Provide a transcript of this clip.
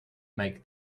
make